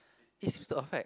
it seems to affect